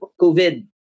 COVID